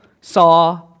saw